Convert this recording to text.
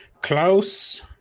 close